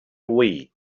wii